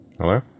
Hello